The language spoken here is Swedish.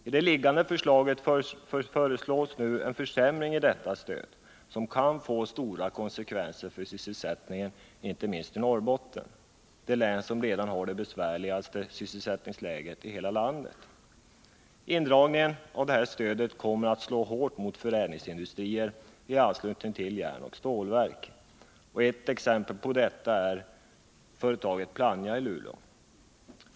I det liggande förslaget föreslås nu en försämring i detta stöd som kan få stora konsekvenser för sysselsättningen inte minst i Norrbotten, det län som redan har det besvärligaste sysselsättningsläget i hela landet. Indragningen av detta stöd kommer att slå hårt mot förädlingsindustrier i anslutning till järnoch stålverk. Ett exempel på detta är företaget Plannja AB i Luleå.